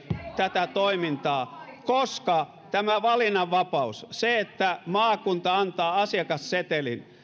tätä toimintaa koska tämä valinnanvapaus se että maakunta antaa asiakassetelin